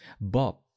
Bob